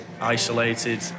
isolated